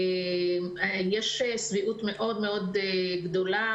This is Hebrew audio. יש שביעות רצון מאוד גדולה,